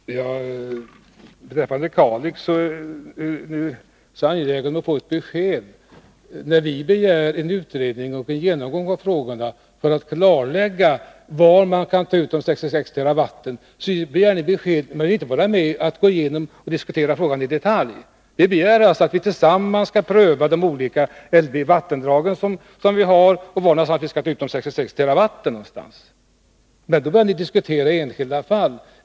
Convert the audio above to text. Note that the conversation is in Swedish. Herr talman! Beträffande Kalix älv är Kerstin Ekman mycket angelägen om att få ett besked. När vi begär en utredning och en genomgång av frågorna för att klarlägga var man kan ta ut 66 TWh, så begär ni besked. Men ni vill inte vara med om att gå igenom och diskutera frågorna i detalj. Socialdemokraterna begär alltså att vi tillsammans skall undersöka våra vattendrag för att se var man kan ta ut 66 TWh. Men då börjar ni diskutera enskilda fall.